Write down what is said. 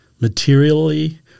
Materially